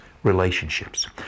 relationships